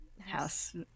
house